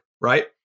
Right